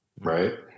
right